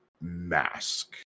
mask